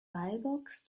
wallbox